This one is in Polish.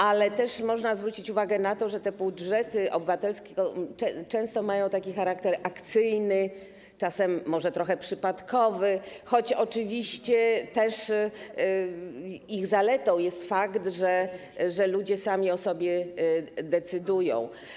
Ale też można zwrócić uwagę na to, że budżety obywatelskie często mają charakter akcyjny, czasem może trochę przypadkowy, choć oczywiście też ich zaletą jest fakt, że ludzie sami o sobie decydują.